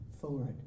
forward